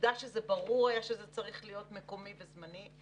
עובדה שברור היה שזה צריך להיות מקומי וזמני,